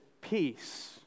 peace